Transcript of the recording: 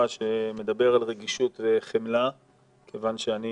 שמדבר על רגישות וחמלה מכיוון שאני